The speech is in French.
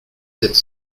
sept